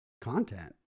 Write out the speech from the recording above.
content